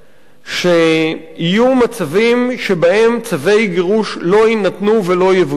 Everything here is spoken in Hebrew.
שיהיו מצבים שבהם צווי גירוש לא יינתנו ולא יבוצעו,